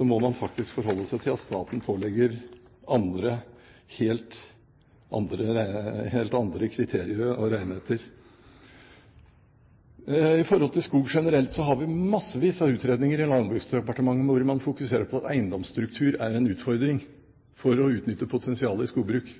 må man faktisk forholde seg til at staten pålegger helt andre kriterier å regne etter. Når det gjelder skog generelt, har vi massevis av utredninger i Landbruksdepartementet hvor man fokuserer på at eiendomsstruktur er en utfordring for å utnytte potensialet i skogbruk.